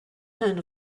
kind